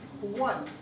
one